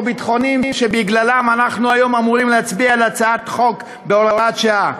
ביטחוניים שבגללם אנחנו היום אמורים להצביע על הצעת חוק בהוראת שעה?